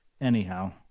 Anyhow